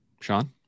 Sean